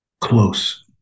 close